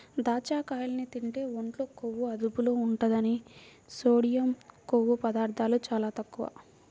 దాచ్చకాయల్ని తింటే ఒంట్లో కొవ్వు అదుపులో ఉంటది, సోడియం, కొవ్వు పదార్ధాలు చాలా తక్కువ